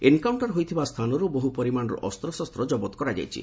encounter ହୋଇଥିବା ସ୍ଥାନରୁ ବହୁ ପରିମାଣର ଅସ୍ପଶସ୍ତ କରାଯାଇଛି